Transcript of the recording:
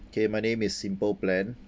okay my name is simple plan